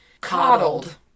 coddled